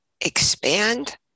expand